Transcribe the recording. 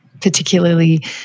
particularly